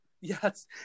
yes